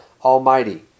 Almighty